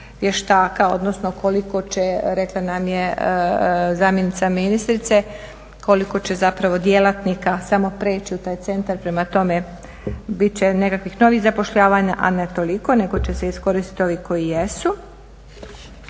vještaka, odnosno koliko će, rekla nam je zamjenica ministrice, koliko će zapravo djelatnika samo preći u taj centar. Prema tome, bit će nekakvih novih zapošljavanja, a ne toliko, nego će se iskoristiti ovo koji jesu.